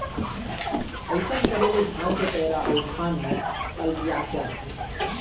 अइसन करे ले धान के पैरा अउ धान ह अलगियावत जाथे